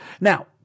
Now